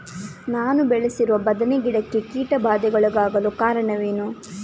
ನಾನು ಬೆಳೆಸಿರುವ ಬದನೆ ಗಿಡಕ್ಕೆ ಕೀಟಬಾಧೆಗೊಳಗಾಗಲು ಕಾರಣವೇನು?